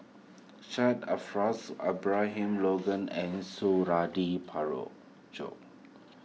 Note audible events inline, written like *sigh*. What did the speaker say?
Syed *unintelligible* Abraham Logan and Suradi *unintelligible*